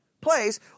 place